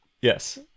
yes